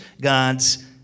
God's